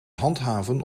handhaven